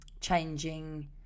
changing